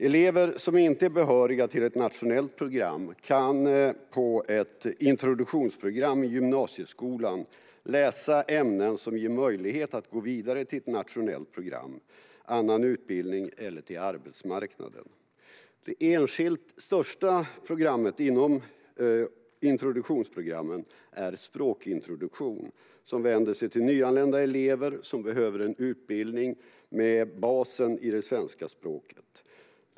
Elever som inte är behöriga till ett nationellt program kan på ett introduktionsprogram i gymnasieskolan läsa ämnen som ger möjlighet att gå vidare till ett nationellt program, en annan utbildning eller arbetsmarknaden. Det enskilt största programmet inom introduktionsprogrammen är språkintroduktion som vänder sig till nyanlända elever som behöver en utbildning med basen i det svenska språket.